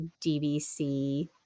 DVC